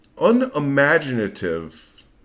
unimaginative